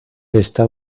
está